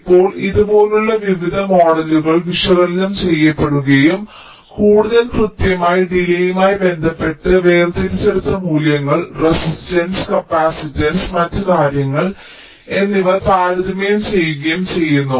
ഇപ്പോൾ ഇതുപോലുള്ള വിവിധ മോഡലുകൾ വിശകലനം ചെയ്യപ്പെടുകയും കൂടുതൽ കൃത്യമായ ഡിലേയ്യുമായി ബന്ധപ്പെട്ട് വേർതിരിച്ചെടുത്ത മൂല്യങ്ങൾ റെസിസ്റ്റൻസ് കപ്പാസിറ്റൻസ് മറ്റ് കാര്യങ്ങൾ എന്നിവ താരതമ്യം ചെയ്യുകയും ചെയ്യുന്നു